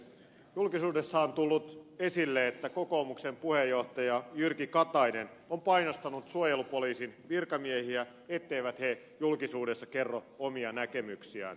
julkisuudessa on tullut esille että kokoomuksen puheenjohtaja jyrki katainen on painostanut suojelupoliisin virkamiehiä etteivät he julkisuudessa kerro omia näkemyksiään